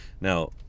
Now